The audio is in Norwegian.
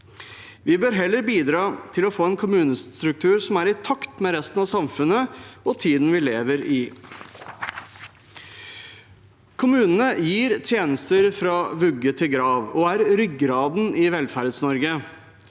Vi bør heller bidra til å få en kommunestruktur som er i takt med resten av samfunnet og tiden vi lever i. Kommunene gir tjenester fra vugge til grav og er ryggraden i Velferds-Norge.